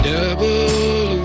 Double